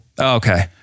Okay